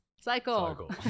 cycle